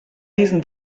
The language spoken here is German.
diesen